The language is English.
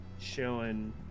showing